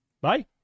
Bye